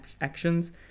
actions